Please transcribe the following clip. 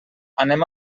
anem